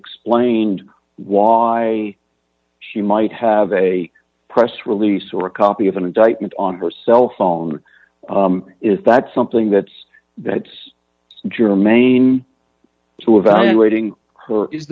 explained why she might have a press release or a copy of an indictment on her cell phone is that something that's that's germane to evaluating